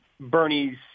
Bernie's